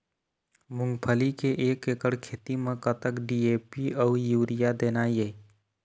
मूंगफली के एक एकड़ खेती म कतक डी.ए.पी अउ यूरिया देना ये?